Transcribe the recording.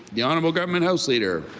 the honorable government house leader.